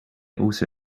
also